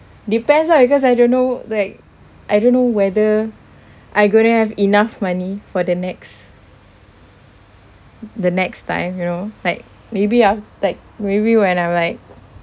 depends lah because I don't know like I don't know whether I going to have enough money for the next the next time you know like maybe af~ like maybe when I'm like